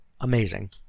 amazing